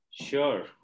Sure